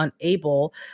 unable